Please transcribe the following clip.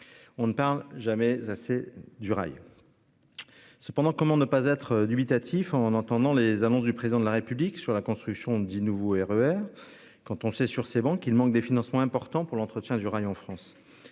On ne parle jamais assez du rail. Cependant, comment ne pas être dubitatif en entendant les annonces du président de la République sur la construction du nouveau RER quand on sait sur ces bancs qu'il manque des financements importants pour l'entretien du rayon France.